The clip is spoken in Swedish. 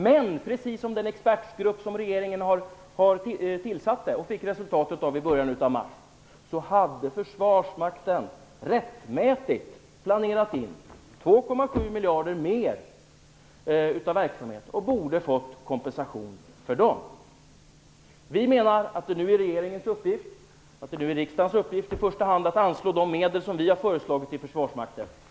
Men precis som den av regeringen tillsatta expertgruppen föreslog - vi fick resultatet i början av mars - hade försvarsmakten rättmätigt planerat in 2,7 miljarder mer för sin verksamhet och borde ha fått kompensation för detta. Vi menar att det nu är regeringens uppgift, och riksdagens uppgift i första hand, att anslå de medel som vi har föreslagit till försvarsmakten.